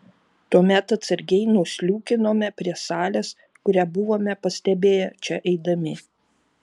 tuomet atsargiai nusliūkinome prie salės kurią buvome pastebėję čia eidami